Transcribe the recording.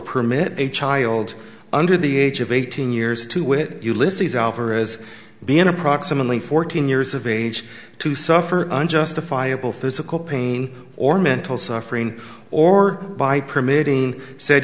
permit a child under the age of eighteen years to with ulysses alvarez be in approximately fourteen years of age to suffer unjustifiable physical pain or mental suffering or by permitting said